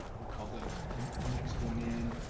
we call the and next one in.